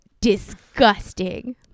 disgusting